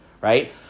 right